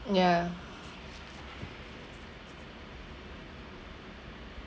ya